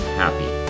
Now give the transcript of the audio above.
happy